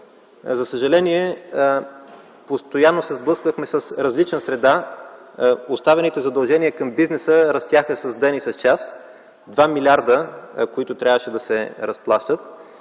За съжаление, постоянно се сблъсквахме с различна среда. Оставените задължения към бизнеса растяха с ден и с час – 2 милиарда, които трябваше да се разплащат.